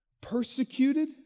Persecuted